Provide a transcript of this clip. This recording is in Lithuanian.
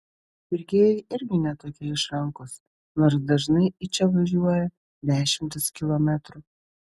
pirkėjai irgi ne tokie išrankūs nors dažnai į čia važiuoja dešimtis kilometrų